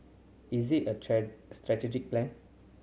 is it a strategic plan